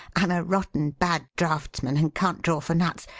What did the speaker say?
i'm a rotten bad draughtsman and can't draw for nuts.